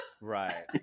Right